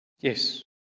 Yes